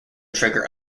trigger